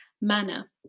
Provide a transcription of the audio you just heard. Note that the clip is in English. manner